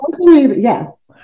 Yes